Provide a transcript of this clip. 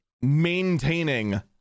maintaining